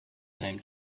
named